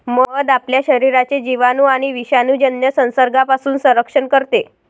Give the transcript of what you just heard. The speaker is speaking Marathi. मध आपल्या शरीराचे जिवाणू आणि विषाणूजन्य संसर्गापासून संरक्षण करते